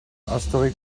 asterix